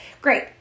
great